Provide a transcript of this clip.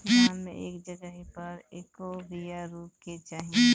धान मे एक जगही पर कएगो बिया रोपे के चाही?